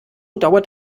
dauert